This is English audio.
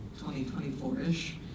2024-ish